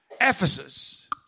Ephesus